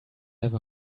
have